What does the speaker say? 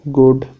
good